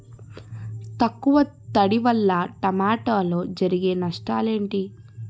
తక్కువ తడి వల్ల టమోటాలో జరిగే నష్టాలేంటి?